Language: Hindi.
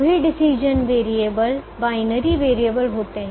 सभी डिसीजन वेरिएबल बायनरी वेरिएबल होते हैं